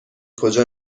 کجا